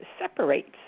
separates